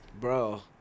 Bro